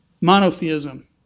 monotheism